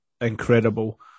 incredible